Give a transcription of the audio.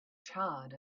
charred